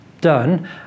done